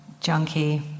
junkie